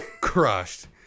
crushed